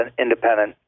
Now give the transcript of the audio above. independent